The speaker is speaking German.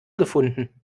gefunden